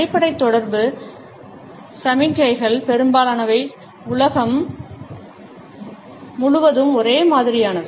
அடிப்படை தொடர்பு சமிக்ஞைகளில் பெரும்பாலானவை உலகம் முழுவதும் ஒரே மாதிரியானவை